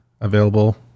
available